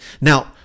now